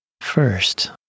First